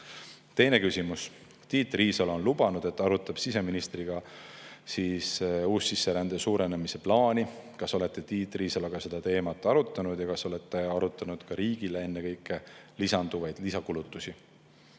Teine küsimus: "Tiit Riisalo on lubanud, et arutab siseministriga uussisserände suurendamise plaani. Kas olete Tiit Riisaloga seda teemat arutanud ja kas olete arutanud ka riigile ennekõike lisanduvaid lisakulutusi?"